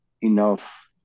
enough